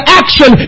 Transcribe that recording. action